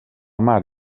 mar